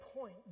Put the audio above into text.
point